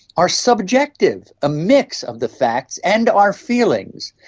are subjective, a mix of the facts and our feelings.